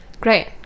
great